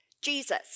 Jesus